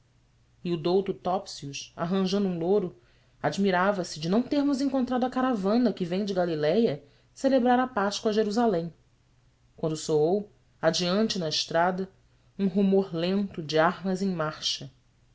e o douto topsius arranjando um loro admirava-se de não termos encontrado a caravana que vem de galiléia celebrar a páscoa a jerusalém quando soou adiante na estrada um rumor lento de armas em marcha